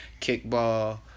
Kickball